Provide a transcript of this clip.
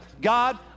God